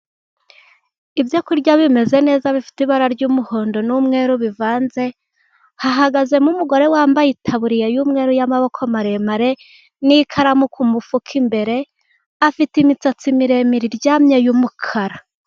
Ibyo kurya bimeze neza bifite ibara ry'umuhondo n'umweru bivanze. Hahagazemo umugore wambaye itaburiya y'umweru y'amaboko maremare, n'ikaramu ku mufuka imbere, afite imisatsi miremire iryamye y'umukara.